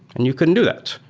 and you couldn't do that,